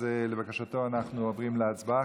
לבקשתו, אנחנו עוברים להצבעה.